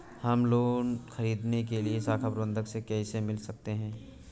हम लोन ख़रीदने के लिए शाखा प्रबंधक से कैसे मिल सकते हैं?